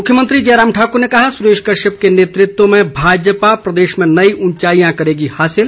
मुख्यमंत्री जयराम ठाकूर ने कहा सुरेश कश्यप के नेतृत्व में भाजपा प्रदेश में नई उंचाईयां करेगी हासिल